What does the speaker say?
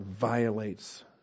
violates